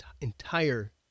entire